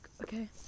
okay